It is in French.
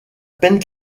peine